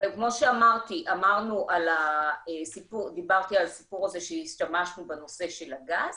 וכמו שדיברתי על הסיפור הזה שהשתמשנו בנושא של הגז